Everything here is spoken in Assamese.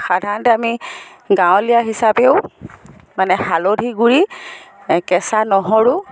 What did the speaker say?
সাধাৰণতে আমি গাঁৱলীয়া হিচাপেও মানে হালধি গুড়ি কেঁচা নহৰু